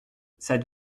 cette